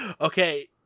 Okay